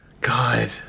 God